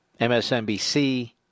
MSNBC